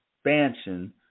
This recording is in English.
expansion